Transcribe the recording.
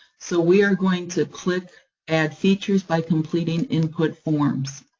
so we are going to click add features, by completing input forms.